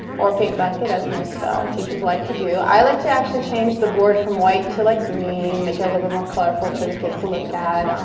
or paint bucket as most teachers like to do. i like to actually change the board from white to like green, make it a little bit more colorful for the kids to look at. um